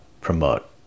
promote